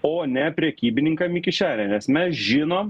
o ne prekybininkam į kišenę nes mes žinom